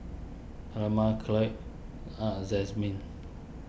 Almer Khloe and Jazmine